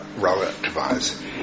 relativize